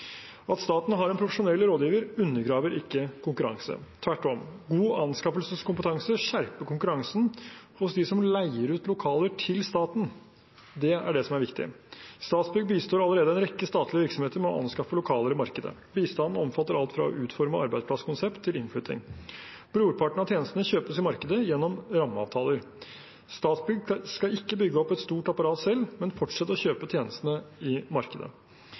At staten har en profesjonell rådgiver, undergraver ikke konkurranse – tvert om. God anskaffelseskompetanse skjerper konkurransen hos dem som leier ut lokaler til staten. Det er det som er viktig. Statsbygg bistår allerede en rekke statlige virksomheter med å anskaffe lokaler i markedet. Bistanden omfatter alt fra å utforme arbeidsplasskonsept til innflytting. Brorparten av tjenestene kjøpes i markedet gjennom rammeavtaler. Statsbygg skal ikke bygge opp et stort apparat selv, men fortsette å kjøpe tjenestene i markedet.